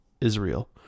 Israel